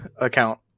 account